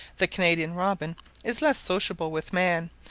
the canadian robin is less sociable with man,